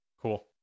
Cool